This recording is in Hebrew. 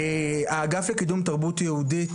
האגף לקידום תרבות יהודית,